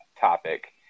topic